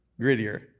grittier